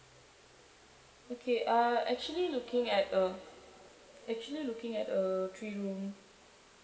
okay uh actually looking at a actually looking at a three room